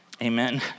Amen